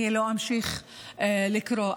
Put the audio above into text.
אני לא אמשיך לקרוא.